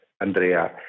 Andrea